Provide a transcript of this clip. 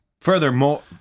Furthermore